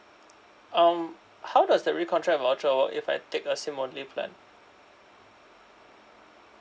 um how does the recontract voucher work if I take a SIM only plan